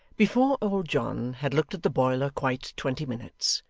before old john had looked at the boiler quite twenty minutes,